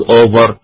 over